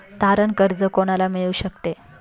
तारण कर्ज कोणाला मिळू शकते?